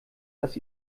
dass